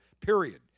period